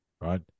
right